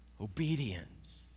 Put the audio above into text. Obedience